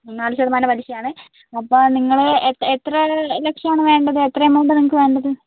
നാല് ശതമാനം പലിശയാണ് അപ്പോൾ നിങ്ങൾ എത്ര ലക്ഷമാണ് വേണ്ടത് എത്ര എമൗണ്ടാണ് നിങ്ങൾക്ക് വേണ്ടത്